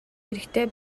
хэрэгтэй